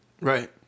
Right